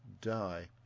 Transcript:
die